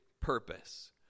purpose